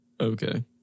Okay